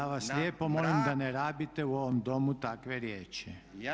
Ja vas lijepo molim da ne rabite u ovom Domu takve riječi.